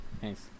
Thanks